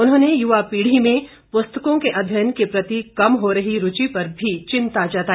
उन्होंने युवा पीढ़ी में पुस्तकों के अध्ययन के प्रति कम हो रही रूचि पर भी चिंता जताई